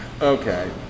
Okay